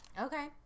Okay